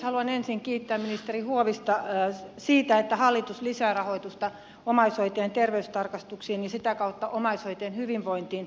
haluan ensin kiittää ministeri huovista siitä että hallitus lisää rahoitusta omaishoitajien terveystarkastuksiin ja sitä kautta omaishoitajien hyvinvointiin